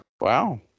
Wow